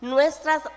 Nuestras